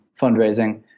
fundraising